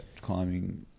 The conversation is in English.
climbing